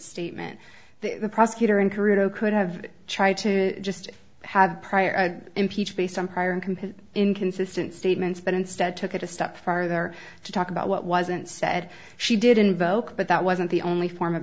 statement that the prosecutor in korea could have tried to just had prior impeach based on prior inconsistent statements but instead took it a step farther to talk about what wasn't said she did invoke but that wasn't the only form of